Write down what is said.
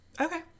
Okay